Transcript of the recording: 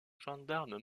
gendarme